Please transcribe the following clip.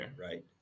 right